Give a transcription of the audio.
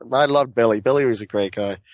and i loved billy. billy was a great guy.